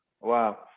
Wow